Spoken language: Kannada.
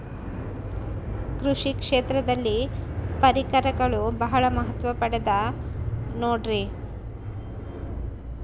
ಕೃಷಿ ಕ್ಷೇತ್ರದಲ್ಲಿ ಪರಿಕರಗಳು ಬಹಳ ಮಹತ್ವ ಪಡೆದ ನೋಡ್ರಿ?